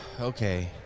Okay